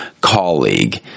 colleague